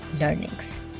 learnings